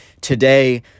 today